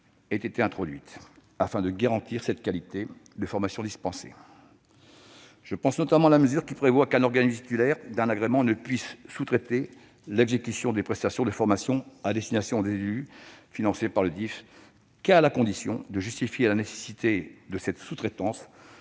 aient été introduites, afin de garantir la qualité des formations dispensées. Je pense, notamment, à la mesure prévoyant qu'un organisme titulaire d'un agrément ne puisse sous-traiter l'exécution des prestations de formations à destination des élus financés par le DIFE qu'à la condition de justifier la nécessité de cette sous-traitance,